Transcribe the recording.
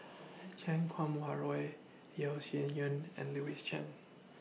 Chan Kum Wah Roy Yeo Shih Yun and Louis Chen